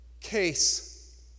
case